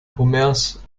homers